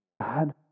God